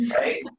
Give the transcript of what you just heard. Right